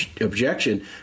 objection